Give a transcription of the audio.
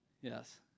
Yes